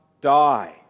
die